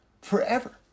forever